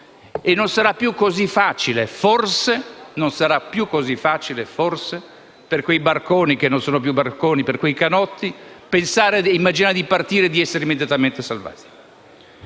non sarà più così facile per quei barconi, che non sono più barconi ma canotti, pensare, immaginare di partire e di essere immediatamente salvati.